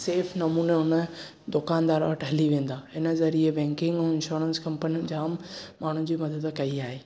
safe नमूने हुन दुकानदार वटि हली वेंदा हिन ज़रिए बैंकिंग ऐं इंश्योरेंस कंपनी जाम माण्हुनि जी मदद कई आहे